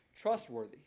trustworthy